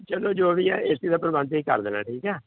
ਚਲੋ ਜੋ ਵੀ ਹੈ ਏ ਸੀ ਦਾ ਪ੍ਰਬੰਧ ਤੁਸੀਂ ਕਰ ਦੇਣਾ ਠੀਕ ਆ